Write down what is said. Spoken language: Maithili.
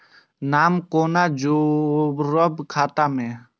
नाम कोना जोरब खाता मे